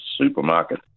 supermarket